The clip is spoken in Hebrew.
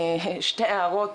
שתי הערות,